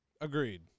Agreed